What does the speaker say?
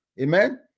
Amen